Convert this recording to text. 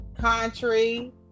Country